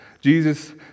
Jesus